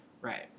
Right